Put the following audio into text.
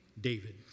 David